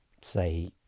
say